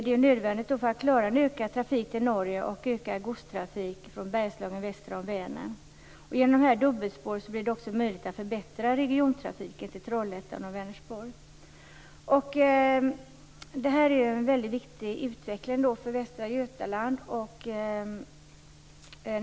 Det är nödvändigt för att klara en ökad trafik till Norge och ökad godstrafik från Bergslagen väster om Vänern. Genom det här dubbelspåret blir det också möjligt att förbättra regiontrafiken till Det här är en väldigt viktig utveckling för Västra Götaland.